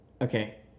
Okay